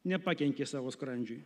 nepakenkė savo skrandžiui